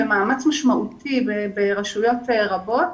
תוך מאמץ משמעותי ברשויות רבות,